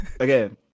Okay